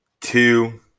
two